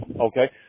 Okay